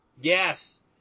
Yes